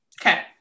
Okay